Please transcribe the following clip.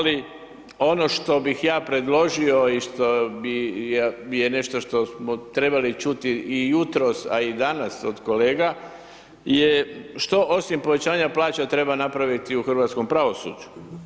Ali ono što bih ja predložio i što bi, je nešto što smo trebali čuti i jutros, a i danas od kolega je što osim povećanja plaća treba napraviti u hrvatskom pravosuđu.